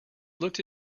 looked